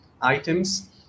items